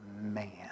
man